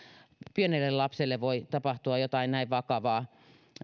pienelle lapselle voi tapahtua jotain näin vakavaa